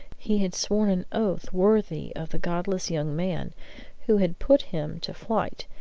he had sworn an oath worthy of the godless young man who had put him to flight,